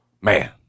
Man